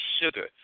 sugar